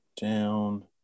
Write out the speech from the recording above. down